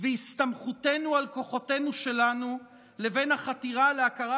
והסתמכותנו על כוחותינו שלנו לבין החתירה להכרה